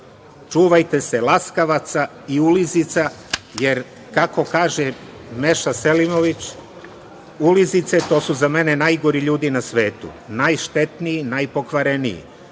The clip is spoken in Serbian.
Čuvajte se laskavaca i ulizica, jer kako kaže Meša Selimović – ulizice to su za mene najgori ljudi na svetu, najštetniji, najpokvareniji,